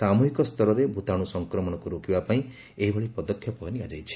ସାମୃହିକ ସ୍ତରରେ ଭୂତାଣୁ ସଂକ୍ରମଣକୁ ରୋକିବା ପାଇଁ ଏଭଳି ପଦକ୍ଷେପ ନିଆଯାଇଛି